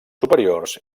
superiors